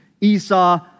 Esau